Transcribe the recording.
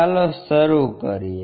ચાલો શરૂ કરીએ